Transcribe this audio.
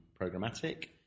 programmatic